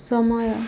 ସମୟ